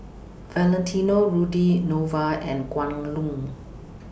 Valentino Rudy Nova and Kwan Loong